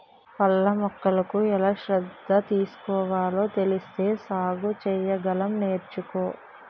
పళ్ళ మొక్కలకు ఎలా శ్రద్ధ తీసుకోవాలో తెలిస్తే సాగు సెయ్యగలం నేర్చుకో